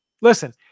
Listen